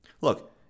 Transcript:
Look